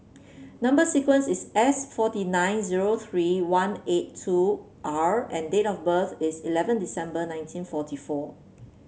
number sequence is S forty nine zero three one eight two R and date of birth is eleven December nineteen forty four